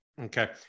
Okay